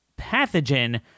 pathogen